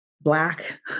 Black